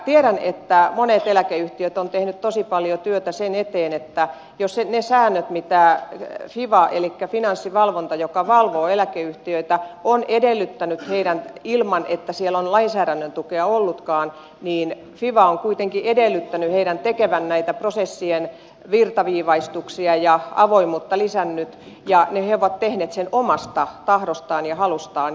tiedän että monet eläkeyhtiöt ovat tehneet tosi paljon työtä sen eteen että jos yk ei saa mitä fiva elikkä finanssivalvonta joka valvoo eläkeyhtiöitä on edellyttänyt heidän tekevän ilman että siellä on lainsäädännön tukea ollutkaan viiner fiva on kuitenkin edellyttänyt heidän tekevän näitä prosessien virtaviivaistuksia ja avoimuuden lisäämistä ja he ovat tehneet sen jo omasta tahdostaan ja halustaan